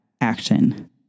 action